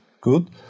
good